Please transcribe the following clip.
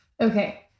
Okay